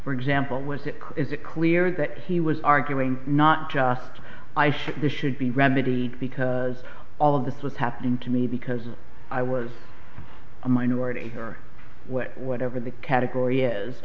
for example was it is it clear that he was arguing not just i think this should be remedied because all of this was happening to me because i was a minority or what whatever the category is